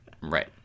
Right